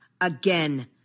again